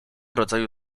rodzaju